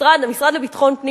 המשרד לביטחון פנים,